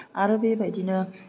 आरो बेबादिनो